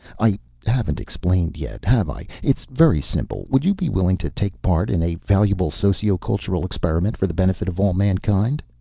i haven't explained yet, have i? it's very simple. would you be willing to take part in a valuable socio-cultural experiment for the benefit of all mankind?